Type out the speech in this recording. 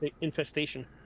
Infestation